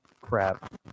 crap